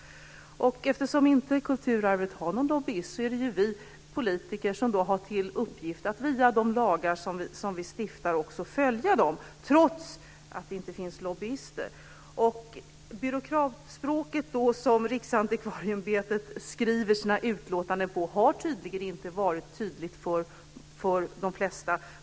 Eftersom kulturarvet inte har någon lobbyist är det vi politiker som har till uppgift att stifta lagar och också följa dem, trots att det inte finns lobbyister. Byråkratspråket, som Riksantikvarieämbetet skriver sina utlåtanden på, har uppenbarligen inte varit tydligt för de flesta.